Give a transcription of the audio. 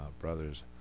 brothers